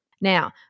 Now